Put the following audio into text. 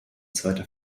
zweiter